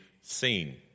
seen